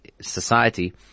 society